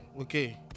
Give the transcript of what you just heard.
Okay